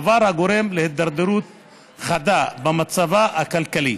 דבר הגורם להידרדרות חדה במצבם הכלכלי